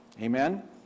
Amen